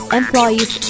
employees